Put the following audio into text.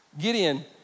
Gideon